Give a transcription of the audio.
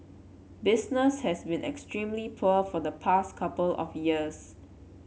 business has been extremely poor for the past couple of years